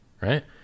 right